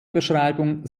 beschreibung